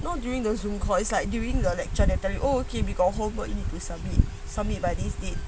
not during the Zoom call it's like during the lecture they tell you oh okay we got homework you need to submit submit by these date where the own